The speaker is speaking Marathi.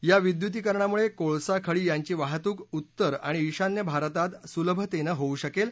या विद्युतीकरणामुळे कोळसा खडी यांची वाहतूक उत्तर आणि ईशान्य भारतात सुलभतेनं होऊ शकेल